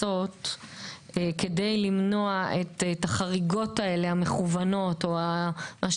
קרא לזה הישראבלוף כדי שבמשלוחים לא יהיו שקיות עבות יותר,